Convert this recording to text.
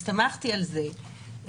הסתמכתי על זה,